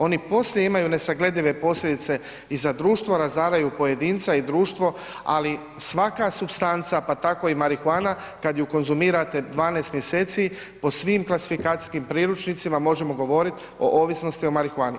Oni poslije imaju nesagledive posljedice i za društvo, razaraju pojedinca i društvo, ali svaka supstanca, pa tako i marihuana kad ju konzumirate 12. mjeseci po svim klasifikacijskim priručnicima možemo govorit o ovisnosti o marihuani.